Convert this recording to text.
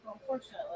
Unfortunately